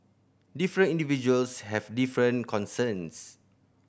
different individuals have different concerns